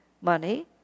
money